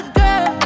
girl